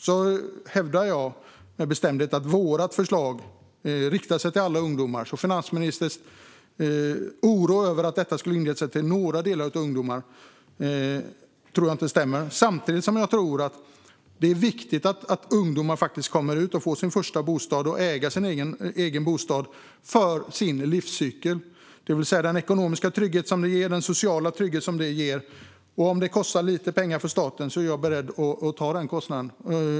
Jag hävdar med bestämdhet att vårt förslag riktar sig till alla ungdomar. Finansministerns oro över att detta skulle inrikta sig mot några ungdomar anser jag inte stämmer. Samtidigt tycker jag att det är viktigt att ungdomar kan få en första bostad, äga sin egen bostad, för sin livscykel. Det handlar om den ekonomiska och sociala trygghet som en bostad ger. Om det kostar lite pengar för staten är jag beredd att ta den kostnaden.